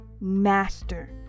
master